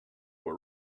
were